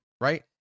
right